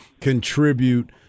contribute